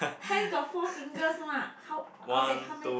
hen got four fingers [one] how okay how many